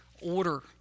order